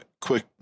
quick